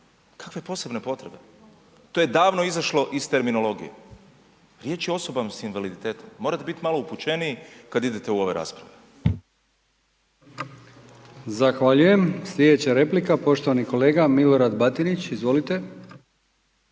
kakve posebne potrebe? To je davno izašlo iz terminologije. Riječ je o osobama s invaliditetom. Morate biti malo upućeniji kad idete u ove rasprave. **Brkić, Milijan (HDZ)** Zahvaljujem. Slijedeća replika, poštovani kolega Milorad Batinić. Izvolite.